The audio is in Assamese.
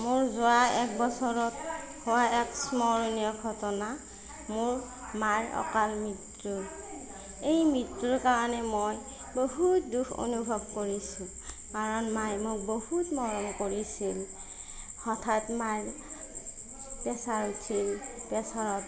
মোৰ যোৱা এক বছৰত হোৱা এক স্মৰণীয় ঘটনা মোৰ মাৰ অকাল মৃত্যু এই মৃত্যুৰ কাৰণে মই বহুত দুখ অনুভৱ কৰিছোঁ কাৰণ মায়ে মোক বহুত মৰম কৰিছিল হঠাৎ মাৰ প্ৰেছাৰ উঠিছিল প্ৰেছাৰত